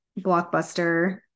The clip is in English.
blockbuster